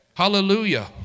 Hallelujah